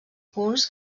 punts